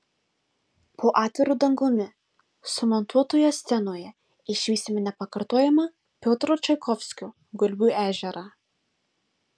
po atviru dangumi sumontuotoje scenoje išvysime nepakartojamą piotro čaikovskio gulbių ežerą